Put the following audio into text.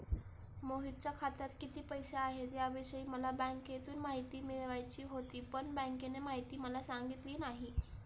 मोहितच्या खात्यात किती पैसे आहेत याविषयी मला बँकेतून माहिती मिळवायची होती, पण बँकेने माहिती मला सांगितली नाही